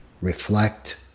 reflect